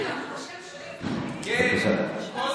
כבוד